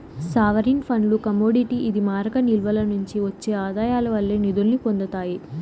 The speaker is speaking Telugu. సావరీన్ ఫండ్లు కమోడిటీ ఇది మారక నిల్వల నుండి ఒచ్చే ఆదాయాల వల్లే నిదుల్ని పొందతాయి